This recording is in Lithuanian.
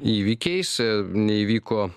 įvykiais neįvyko